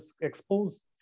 exposed